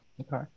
Okay